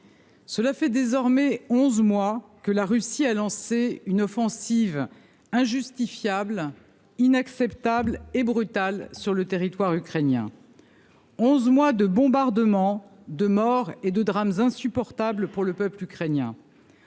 Cela fait désormais 11 mois que la Russie a lancé une offensive injustifiable. Inacceptable et brutal sur le territoire ukrainien. 11 mois de bombardements de morts et de drames insupportable pour le peuple ukrainien.